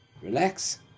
relax